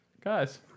guys